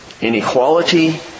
inequality